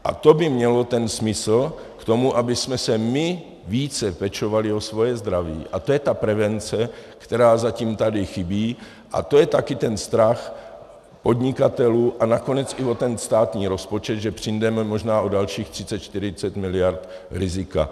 A to by mělo ten smysl k tomu, abychom si my více pečovali o své zdraví, a to je ta prevence, která zatím tady chybí, a to je také ten strach podnikatelů a nakonec i o ten státní rozpočet, že přijdeme možná o dalších 30, 40 mld. rizika.